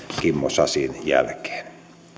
kimmo sasin jälkeen